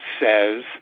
says